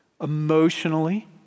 emotionally